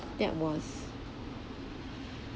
that was